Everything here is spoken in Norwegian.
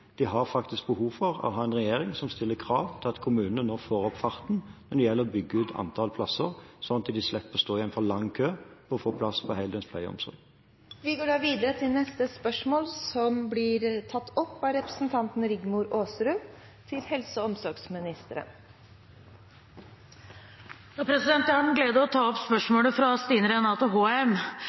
en regjering som stiller krav til at kommunene nå får opp farten når det gjelder å bygge ut antall plasser, slik at de slipper å stå i en for lang kø for å få plass på heldøgns pleie og omsorg. Spørsmål 20 flyttes og besvares etter spørsmål 29. Dette spørsmålet, fra representanten Stine Renate Håheim til helse- og omsorgsministeren, vil bli tatt opp av representanten Rigmor Aasrud. Jeg har den glede å ta opp spørsmålet fra Stine Renate Håheim: «Regjeringen har satt av minst 180 mill. kr til